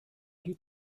die